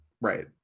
Right